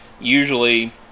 usually